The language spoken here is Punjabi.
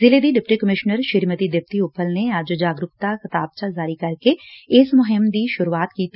ਜ਼ਿਲ੍ਹੇ ਦੀ ਡਿਪਟੀ ਕਮਿਸ਼ਨਰ ਸ੍ਰੀਮਤੀ ਦਿਪਤੀ ਉੱਪਲ ਨੇ ਅੱਜ ਜਾਗਰੂਕਤਾ ਤਿਾਬਚਾ ਜਾਰੀ ਕਰਕੇ ਇਸ ਮੁਹਿੰਮ ਦੀ ਸ਼ੁਰੂਆਤ ਕੀਤੀ